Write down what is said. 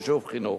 ושוב חינוך.